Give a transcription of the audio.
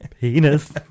penis